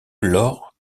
lors